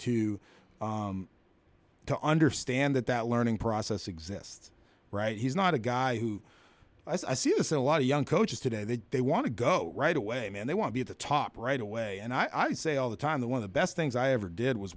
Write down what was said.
to to understand that that learning process exists right he's not a guy who i see this a lot of young coaches today that they want to go right away and they want to be at the top right away and i say all the time the one of the best things i ever did was